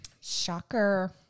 Shocker